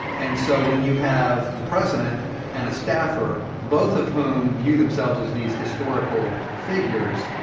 and so when you have the president and a staffer, both of whom view themselves as these historical figures,